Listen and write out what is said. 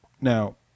Now